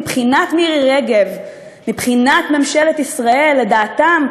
מבחינת מירי רגב, מבחינת ממשלת ישראל, לדעתם,